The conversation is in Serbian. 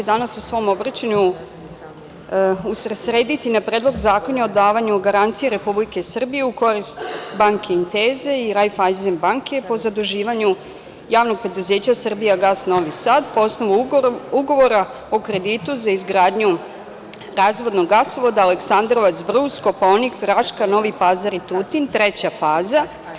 Danas u svom obraćanju ću se usresrediti na Predlog zakona o davanju garancije Republike Srbije u koristi banke „Inteza“ i „Rajfajzen banke“ po zaduživanju Javnog preduzeća „Srbijagas“ Novi Sad po osnovu ugovora o kreditu za izgradnju razvodnog gasovoda Aleksandrovac – Brus – Kopaonik – Raška – Novi Pazar – Tutin, Treća faza.